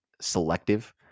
selective